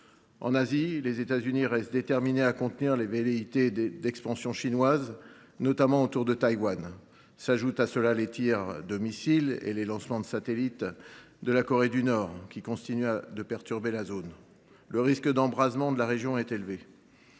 En Asie, les États Unis restent déterminés à contenir les velléités d’expansion chinoises, notamment autour de Taïwan. À cela s’ajoutent les tirs de missiles et les lancements de satellites de la Corée du Nord, qui continuent de perturber la zone. Le risque d’embrasement de la région est élevé.